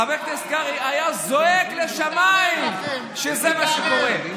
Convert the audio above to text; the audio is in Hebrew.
חבר הכנסת קרעי היה זועק לשמיים שזה מה שקורה.